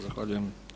Zahvaljujem.